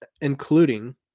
including